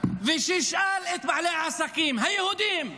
וישאל את בעלי העסקים היהודים,